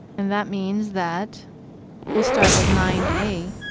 and that means that we'll start with nine a,